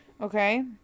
Okay